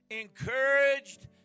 Encouraged